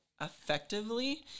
effectively